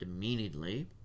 demeaningly